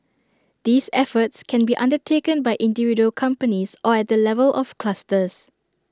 these efforts can be undertaken by individual companies or at the level of clusters